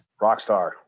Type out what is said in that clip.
Rockstar